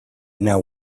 now